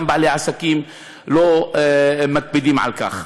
גם בעלי העסקים לא מקפידים על כך.